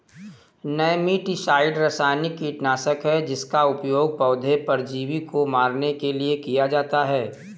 nematicide रासायनिक कीटनाशक है जिसका उपयोग पौधे परजीवी को मारने के लिए किया जाता है